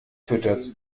füttert